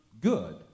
good